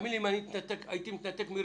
האמן לי, אם הייתי מתנתק רגשית,